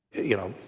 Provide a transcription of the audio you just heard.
you know,